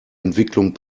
entwicklung